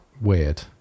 weird